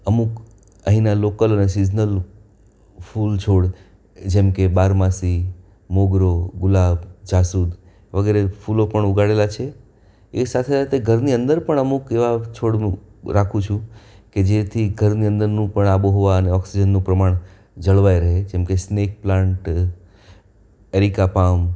અમુક અહીંના લોકલ ને સિઝનલ ફૂલ છોડ જેમકે બારમાસી મોગરો ગુલાબ જાસૂદ વગેરે ફૂલો પણ ઉગાડેલાં છે એ સાથે સાથે ઘરની અંદર પણ અમુક એવા છોડ હું રાખું છું કે જેથી ઘરની અંદરનું પણ આબોહવા ને ઓક્સિજનનું પ્રમાણ જળવાઇ રહે જેમકે સ્નેક પ્લાન્ટ એરિકા પામ